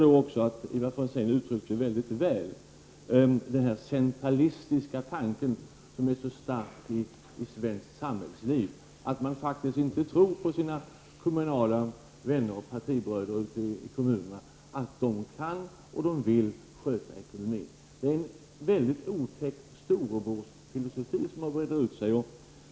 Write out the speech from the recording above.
Ivar Franzén uttryckte mycket väl den centralistiska tanke som är så stark i svenskt samhällsliv, att man faktiskt inte tror att kommunala vänner och partibröder ute i kommunerna kan och vill sköta ekonomin. Det är en mycket otäck storebrorsfilosofi som har brett ut sig.